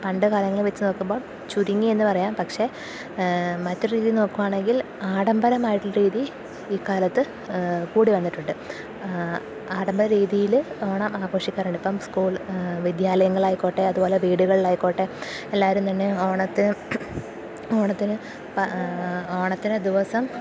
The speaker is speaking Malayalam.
പണ്ടുകാലങ്ങളെ വച്ചുനോക്കുമ്പോൾ ചുരുങ്ങി എന്നു പറയാം പക്ഷേ മറ്റു രീതിയി നോക്കുകയാണെങ്കിൽ ആഡംബരമായിട്ടുള്ള രീതി ഈ കാലത്ത് കൂടി വന്നിട്ടുണ്ട് ആഡംബര രീതിയില് ഓണം ആഘോഷിക്കാറുണ്ട് ഇപ്പോള് സ്കൂൾ വിദ്യാലയങ്ങളായിക്കോട്ടെ അതുപോലെ വീടുകളിലായിക്കോട്ടെ എല്ലാവരും തന്നെ ഓണത്തിന് ഓണത്തിന് ഓണത്തിന് ദിവസം